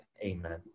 Amen